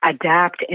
adapt